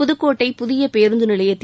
புதுக்கோட்டை புதிய பேருந்து நிலையத்தில்